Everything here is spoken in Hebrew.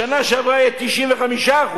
בשנה שעברה היו 95%,